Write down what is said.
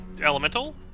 elemental